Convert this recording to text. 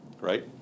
right